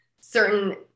certain